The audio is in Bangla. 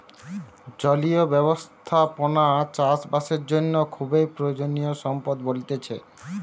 জলীয় ব্যবস্থাপনা চাষ বাসের জন্য খুবই প্রয়োজনীয় সম্পদ বলতিছে